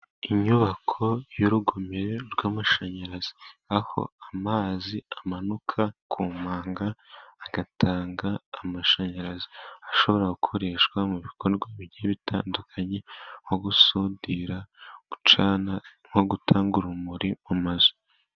Inyubako y'urugomero rw'amashanyarazi, aho amazi amanuka ku manga agatanga amashanyarazi ashobora gukoreshwa mu bikorwa bigiye bitandukanye, nko gusudira, gucana no gutanga urumuri mu mazu.